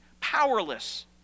powerless